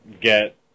get